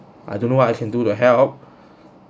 I don't know what I can do to help